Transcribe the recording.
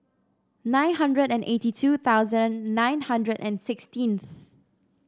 nine hundred and eighty two thousand nine hundred and sixteen